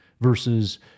versus